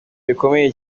bikomeye